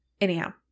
anyhow